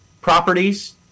properties